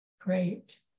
Great